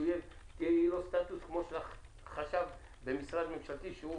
שיהיה לו סטטוס כמו של חשב במשרד ממשלתי,